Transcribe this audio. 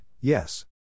yes